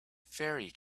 fairy